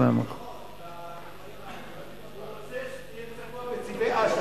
הוא רוצה שזה יהיה צבוע בצבעי אש"ף.